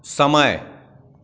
समय